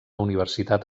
universitat